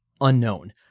unknown